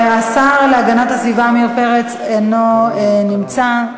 השר להגנת הסביבה עמיר פרץ, אינו נמצא.